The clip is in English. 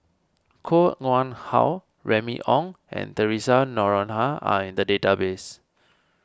Koh Nguang How Remy Ong and theresa Noronha are in the database